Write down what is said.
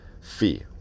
fee